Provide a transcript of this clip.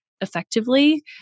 effectively